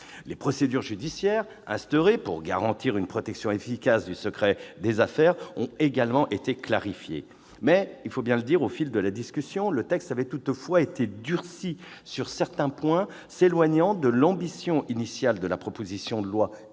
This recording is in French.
Les procédures judiciaires mises en place pour garantir une protection efficace du secret des affaires ont également été clarifiées. Au fil de la discussion, le texte a toutefois été durci sur certains points, s'éloignant de l'ambition initiale de la proposition de loi et